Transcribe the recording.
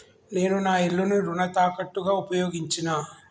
నేను నా ఇల్లును రుణ తాకట్టుగా ఉపయోగించినా